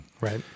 Right